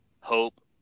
hope